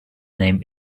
name